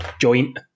joint